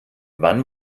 wann